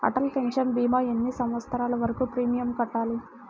Atal pension భీమా ఎన్ని సంవత్సరాలు వరకు ప్రీమియం కట్టాలి?